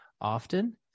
often